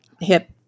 hip